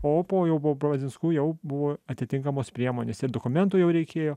o po jau po brazinskų jau buvo atitinkamos priemonės ir dokumentų jau reikėjo